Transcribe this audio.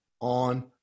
on